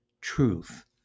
truth